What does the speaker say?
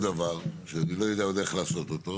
דבר שאני לא יודע עוד איך לעשות אותו,